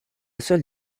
seule